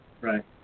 Right